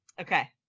okay